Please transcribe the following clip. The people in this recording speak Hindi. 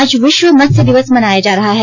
आज विश्व मत्स्य दिवस मनाया जा रहा है